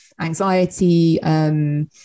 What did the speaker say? anxiety